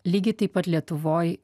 lygiai taip pat lietuvoj